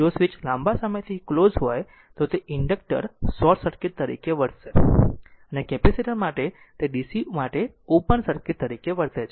જો સ્વીચ લાંબા સમયથી ક્લોઝ હોય તો તે ઇન્ડક્ટર શોર્ટ સર્કિટ તરીકે વર્તે છે અને કેપેસિટર માટે તે DC માટે ઓપન સર્કિટ તરીકે વર્તે છે